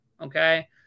okay